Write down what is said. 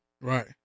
Right